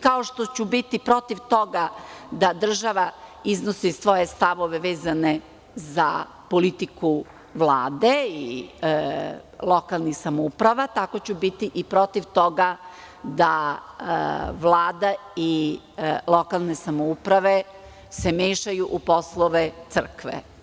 Kao što ću biti protiv toga da država iznosi svoje stavove vezane za politiku Vlade i lokalnih samouprava, tako ću biti i protiv toga da Vlada i lokalne samouprave se mešaju u poslove crkve.